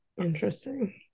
Interesting